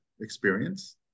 experience